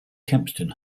kempston